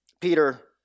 Peter